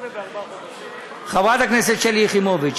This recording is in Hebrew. חברת הכנסת שלי יחימוביץ,